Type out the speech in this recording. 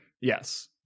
Yes